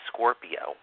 Scorpio